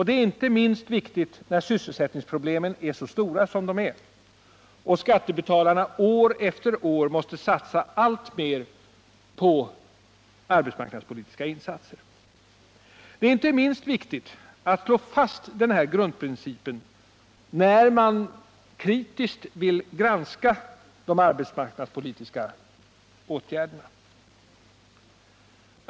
Det är inte minst riktigt när sysselsättningsproblemen är så stora som de är och skattebetalarna år efter år måste satsa alltmer på arbetsmarknadspolitiska insatser. Det är inte minst viktigt att slå fast den här grundprincipen, när man kritiskt vill granska de arbetsmarknadspolitiska åtgärderna.